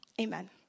Amen